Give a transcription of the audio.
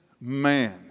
man